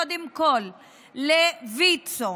קודם כול לוויצו,